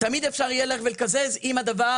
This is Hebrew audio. תמיד אפשר יהיה לקזז את זה,